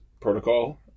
protocol